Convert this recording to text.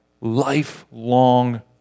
lifelong